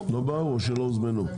הם לא באו או שלא הוזמנו?